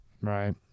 Right